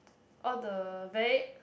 all the very